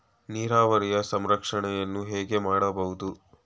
ನೀರಾವರಿಯ ಸಂರಕ್ಷಣೆಯನ್ನು ಹೇಗೆ ಮಾಡಬಹುದು?